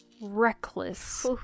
reckless